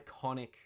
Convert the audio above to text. iconic